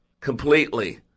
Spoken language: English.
completely